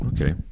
Okay